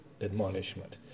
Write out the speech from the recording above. admonishment